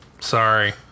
Sorry